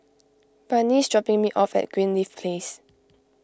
Barnie is dropping me off at Greenleaf Place